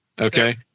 Okay